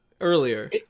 earlier